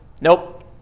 nope